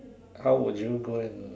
how would you go and